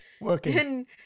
Working